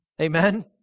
Amen